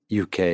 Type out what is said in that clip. UK